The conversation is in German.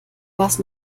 was